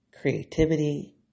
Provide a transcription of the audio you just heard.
creativity